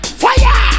fire